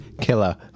killer